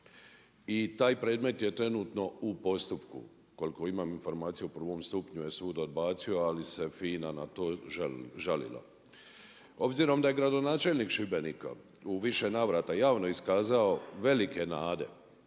i taj predmet je trenutno u postupku. Koliko imam informacija u prvom stupnju je sud odbacio, ali se FINA na to žalila. Obzirom da je gradonačelnik Šibenika u više navrata javno iskazao velike nade